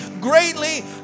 greatly